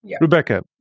Rebecca